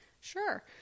sure